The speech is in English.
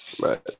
Right